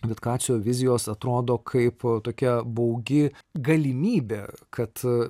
vitkacio vizijos atrodo kaip tokia baugi galimybė kad